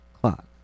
clock